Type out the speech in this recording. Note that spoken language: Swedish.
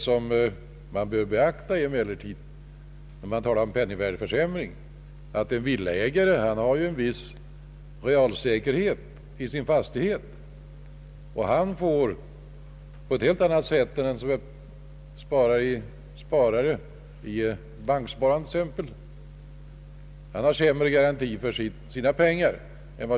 Vad man bör beakta när man talar om penningvärdeförsämring är emellertid att en villaägare har en viss real säkerhet i sin fastighet, och han får på ett helt annat sätt än den som är t.ex. banksparare garanti för sina pengar.